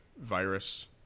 virus